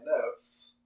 notes